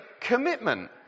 commitment